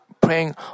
praying